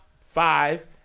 five